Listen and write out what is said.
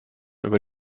über